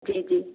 जी जी